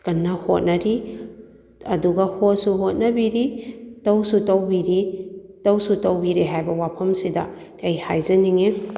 ꯀꯟꯅ ꯍꯣꯠꯅꯔꯤ ꯑꯗꯨꯒ ꯍꯣꯠꯁꯨ ꯍꯣꯠꯅꯕꯤꯔꯤ ꯇꯧꯁꯨ ꯇꯧꯕꯤꯔꯤ ꯇꯧꯁꯨ ꯇꯧꯕꯤꯔꯦ ꯍꯥꯏꯕ ꯋꯥꯐꯝꯁꯤꯗ ꯑꯩ ꯍꯥꯏꯖꯅꯤꯡꯉꯤ